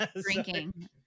drinking